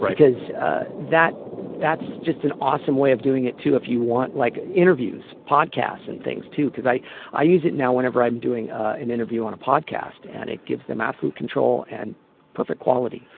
because that that's just an awesome way of doing it too if you want like interviews podcasts and things too because i i use it now whenever i'm doing an interview on a podcast and it gives them absolute control and perfect quality.